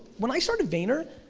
when i started vayner,